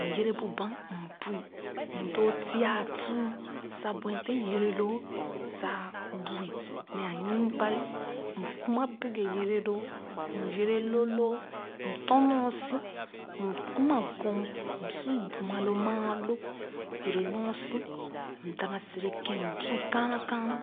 M yere bu banh m bui m doo tia atuu sa buetèn yere loo sa bui ne ayimbar m kum a-bekè yere loo m yere lo lòò m tɔn nor si m kum aguu m su buma lo maa lō yere nor si m dana sere kèn m bui kaana kaana